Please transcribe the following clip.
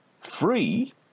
free